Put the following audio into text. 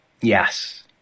Yes